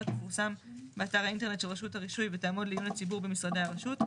תפורסם באתר האינטרנט של רשות הרישוי ותעמוד לעיון הציבור במשרדי הרשות.